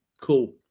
cool